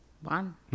One